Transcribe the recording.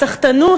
הסחטנות,